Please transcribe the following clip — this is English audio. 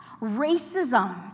racism